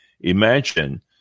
imagine